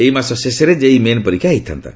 ଏହି ମାସ ଶେଷରେ ଜେଇଇ ମେନ୍ ପରୀକ୍ଷା ହୋଇଥାନ୍ତା